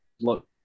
look